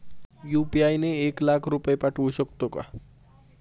UPI ने एक लाख रुपये पाठवू शकतो का?